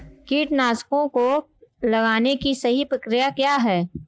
कीटनाशकों को लगाने की सही प्रक्रिया क्या है?